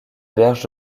berge